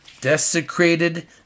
Desecrated